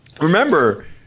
Remember